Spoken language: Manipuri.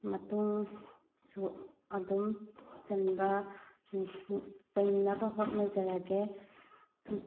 ꯃꯇꯨꯡ ꯁꯨ ꯑꯗꯨꯝ ꯆꯟꯕ ꯆꯟꯅꯕ ꯍꯣꯠꯅꯖꯔꯒꯦ